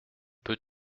peux